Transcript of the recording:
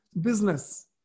business